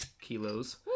kilos